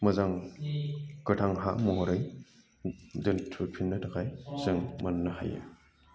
मोजां गोथां हा महरै दोनथुमफिननो थाखाय जों मोननो हायो